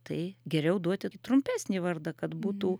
tai geriau duoti trumpesnį vardą kad būtų